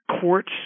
courts